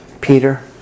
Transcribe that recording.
Peter